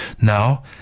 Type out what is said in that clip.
Now